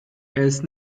ist